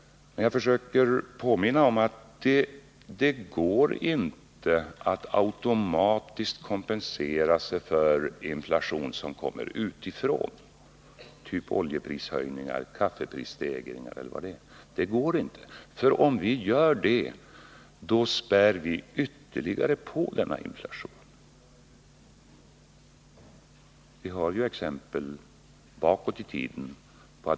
Jag vill påminna om att det inte går att automatiskt kompensera sig för en inflation som kommer utifrån, typ oljeprishöjningar eller kaffeprisstegringar. Om vi gör det, späder vi ytterligare på inflationen. Det finns exempel bakåt i tiden.